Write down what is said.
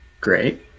Great